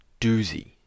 doozy